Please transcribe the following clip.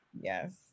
yes